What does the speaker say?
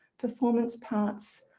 performance parts,